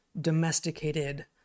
domesticated